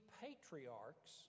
patriarchs